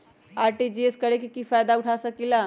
RTGS करे से की फायदा उठा सकीला?